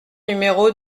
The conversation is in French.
numéro